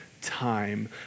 Time